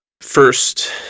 first